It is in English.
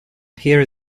here